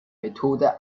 methode